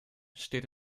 steht